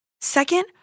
Second